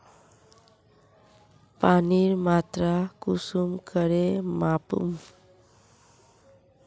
पानीर मात्रा कुंसम करे मापुम?